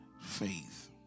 Faith